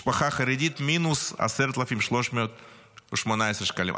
משפחה חרדית, מינוס 10,318 שקלים.